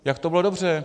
Jak to bylo dobře.